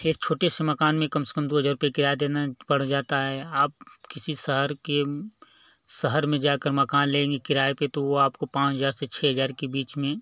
एक छोटे से मकान में कम से कम दो हज़ार रुपये किराया देना पड़ जाता है आप किसी शहर के शहर में जाकर मकान लेंगे किराए पर तो वो आपको पाँच हज़ार से छः हज़ार के बीच में